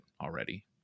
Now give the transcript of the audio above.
already